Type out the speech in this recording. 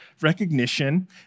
recognition